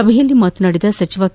ಸಭೆಯಲ್ಲಿ ಮಾತನಾದಿದ ಸಚಿವ ಕೆ